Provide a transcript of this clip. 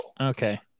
Okay